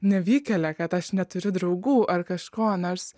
nevykėlė kad aš neturiu draugų ar kažko nors